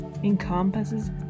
encompasses